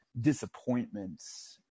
disappointments